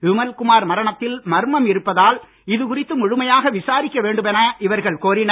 விமல் குமார் மரணத்தில் மர்மம் இருப்பதால் இதுகுறித்து முழுமையாக விசாரிக்க வேண்டுமென இவர்கள் கோரினர்